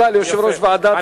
תודה ליושב-ראש ועדת הכלכלה.